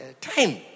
time